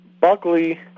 Buckley